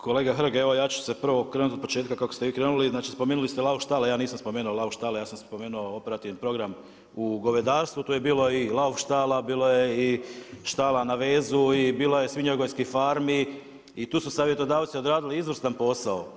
Kolega Hrg, evo ja ću prvo krenuti otpočetka kako ste vi krenuli, znači spomenuli ste lauf štale, a ja nisam spomenuo lauf štale, ja sam spomenuo operativni program u govedarstvu, to je bilo i laf štala, bilo je i štala na vezu i bilo je svinjogojskih farmi i tu su savjetodavci odradili izvrstan posao.